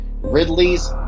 Ridley's